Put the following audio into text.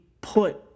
Put